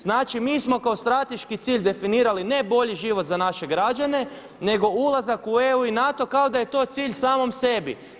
Znači, mi smo kao strateški cilj definirali ne bolji život za naše građane, nego ulazak u EU i NATO kao da je to cilj samom sebi.